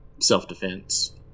Self-defense